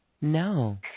No